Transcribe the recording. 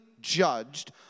judged